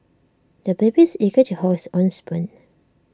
the baby is eager to hold his own spoon